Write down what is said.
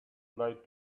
tried